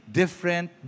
different